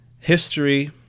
History